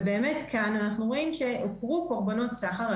ובאמת כאן אנחנו רואים שהוכרו קורבנות סחר,